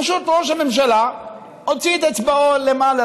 פשוט ראש הממשלה הוציא את אצבעו למעלה,